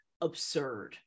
absurd